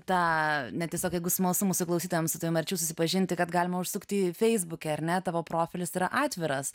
tą ne tiesiog jeigu smalsu mūsų klausytojams su tavim arčiau susipažinti kad galima užsukti feisbuke ar ne tavo profilis yra atviras